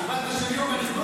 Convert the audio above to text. קיבלת שריון בליכוד?